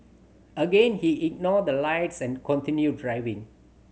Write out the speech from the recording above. again he ignored the lights and continued driving